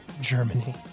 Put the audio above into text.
Germany